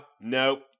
nope